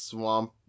Swamp